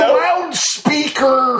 loudspeaker